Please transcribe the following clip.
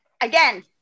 again